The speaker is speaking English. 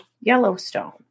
Yellowstone